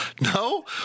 No